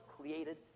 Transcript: created